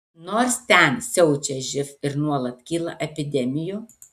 nors ten siaučia živ ir nuolat kyla epidemijų